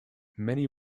many